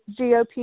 GOP